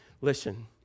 listen